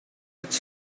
its